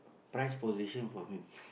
prize possession for him